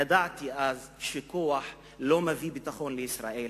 ידעתי אז שכוח לא מביא ביטחון לישראל,